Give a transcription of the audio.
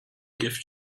gift